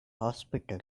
hospital